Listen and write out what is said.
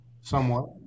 Somewhat